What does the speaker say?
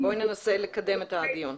בואי ננסה לקדם את הדיון.